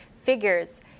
figures